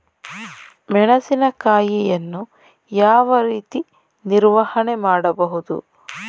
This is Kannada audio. ಮೆಣಸಿನಕಾಯಿಯನ್ನು ಯಾವ ರೀತಿ ನಿರ್ವಹಣೆ ಮಾಡಬಹುದು?